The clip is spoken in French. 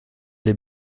lès